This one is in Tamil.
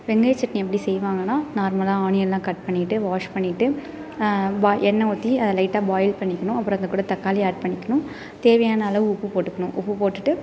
வெங்காய சட்னி எப்படி செய்வாங்கனா நார்மலாக ஆனியன்லாம் கட் பண்ணிட்டு வாஷ் பண்ணிட்டு எண்ணெய் ஊற்றி அதை லைட்டாக பாயில் பண்ணிக்கணும் அப்புறம் அதுக்கூட தக்காளி ஆட் பண்ணிக்கணும் தேவையான அளவு உப்பு போட்டுக்கணும் உப்பு போட்டுட்டு